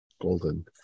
golden